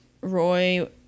Roy